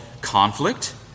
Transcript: conflict